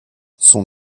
son